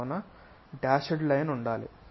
కావున dashed line ఉండాలి